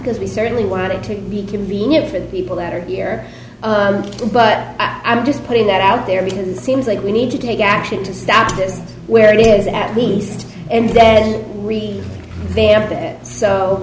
because we certainly want it to be convenient for the people that are here but i'm just putting that out there because it seems like we need to take action to stop this where it is at least and then